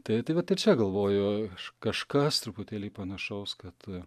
tai tai vat ir čia galvoju aš kažkas truputėlį panašaus kad